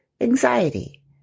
anxiety